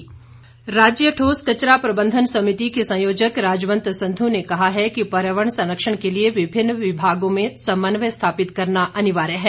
राजवंत संधु राज्य ठोस कचरा प्रबंधन समिति की संयोजक राजवंत संधू ने कहा है कि पर्यावरण संरक्षण के लिए विभिन्न विभागों में समन्वय स्थापित करना अनिवार्य है